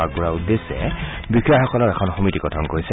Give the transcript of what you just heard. আগবঢ়াবঢ়োৰ উদ্দেশ্য বিষয়াসকলৰ এখন সমিতি গঠন কৰিছে